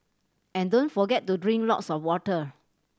and don't forget to drink lots of water